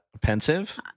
Pensive